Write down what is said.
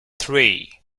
three